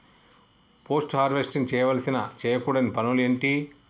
Post harvesting చేయవలసిన చేయకూడని పనులు ఏంటి?